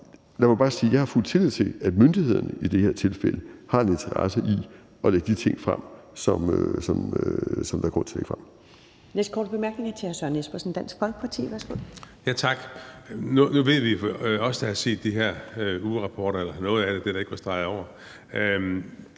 jeg har fuld tillid til, at myndighederne i det her tilfælde har en interesse i at lægge de ting frem, som der er grund til at lægge frem.